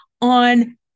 on